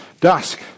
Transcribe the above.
dusk